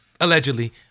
allegedly